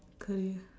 career